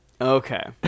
Okay